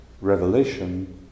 revelation